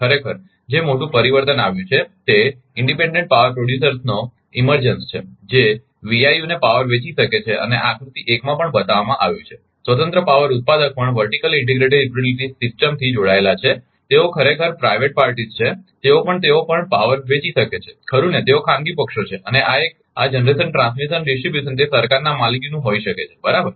ખરેખર જે મોટૂં પરિવર્તન આવ્યું છે તે સ્વતંત્ર વીજ ઉત્પાદકોનો ઉદભવ છે જે વીઆઇયુને પાવર વેચી શકે છે અને આ આકૃતિ 1 માં પણ બતાવવામાં આવ્યું છે સ્વતંત્ર પાવર ઉત્પાદક પણ વર્ટિકલી ઇન્ટિગ્રેટેડ યુટિલિટી સિસ્ટમથી જોડાયેલા છે તેઓ ખરેખર ખાનગી પક્ષો છે તેઓ પણ તેઓ પણ પાવર વેચી શકે છે ખરુ ને તેઓ ખાનગી પક્ષો છે અને આ એક આ જનરેશન ટ્રાન્સમિશન ડિસ્ટ્રીબ્યુશન તે સરકારના માલિકીનું હોઈ શકે છે બરાબર